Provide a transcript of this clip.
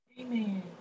Amen